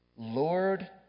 Lord